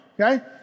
Okay